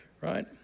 Right